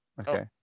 Okay